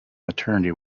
maternity